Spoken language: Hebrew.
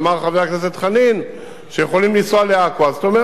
אמר חבר הכנסת חנין שיכולים לנסוע לעכו,